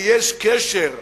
ויש קשר,